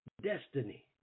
destiny